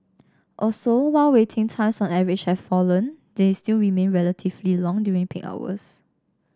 also while waiting times on average have fallen they still remain relatively long during peak periods